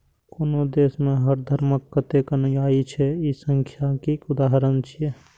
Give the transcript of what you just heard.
कोनो देश मे हर धर्मक कतेक अनुयायी छै, ई सांख्यिकीक उदाहरण छियै